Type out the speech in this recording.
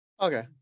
Okay